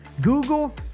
Google